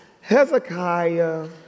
Hezekiah